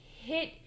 hit